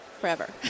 forever